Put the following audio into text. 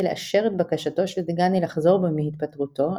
לאשר את בקשתו של דגני לחזור בו מהתפטרותו,